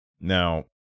Now